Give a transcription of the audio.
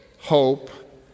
hope